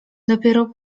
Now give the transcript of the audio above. dopiero